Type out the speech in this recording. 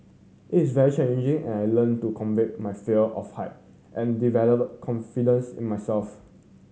it is very challenging and I learnt to my fear of height and develop confidence in myself